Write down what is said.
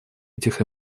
этих